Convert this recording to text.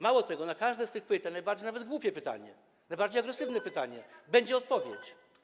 Mało tego, na każde z tych pytań, nawet najbardziej głupie pytanie, najbardziej agresywne pytanie, będzie odpowiedź.